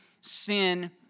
sin